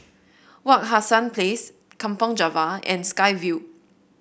Wak Hassan Place Kampong Java and Sky Vue